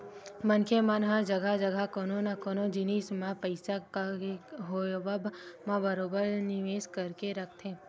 मनखे मन ह जघा जघा कोनो न कोनो जिनिस मन म पइसा के होवब म बरोबर निवेस करके रखथे